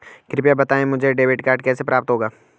कृपया बताएँ मुझे डेबिट कार्ड कैसे प्राप्त होगा?